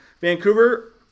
Vancouver